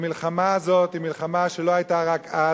המלחמה הזאת היא מלחמה שלא היתה רק אז,